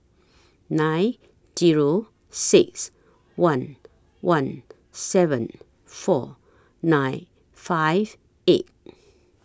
nine Zero six one one seven four nine five eight